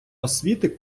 освіти